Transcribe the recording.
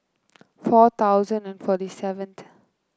four thousand and forty seventh